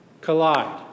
collide